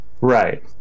right